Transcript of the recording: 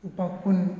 ꯂꯨꯄꯥ ꯀꯨꯟ